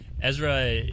Ezra